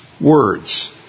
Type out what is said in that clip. words